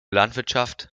landwirtschaft